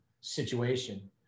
situation